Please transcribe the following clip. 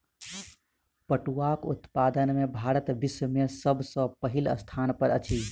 पटुआक उत्पादन में भारत विश्व में सब सॅ पहिल स्थान पर अछि